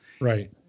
Right